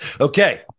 Okay